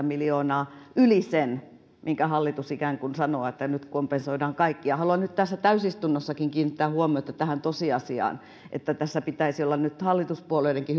miljoonaa yli sen mistä hallitus ikään kuin sanoo että nyt kompensoidaan kaikki haluan nyt tässä täysistunnossakin kiinnittää huomiota tähän tosiasiaan että pitäisi olla nyt hallituspuolueidenkin